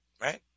Right